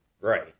Right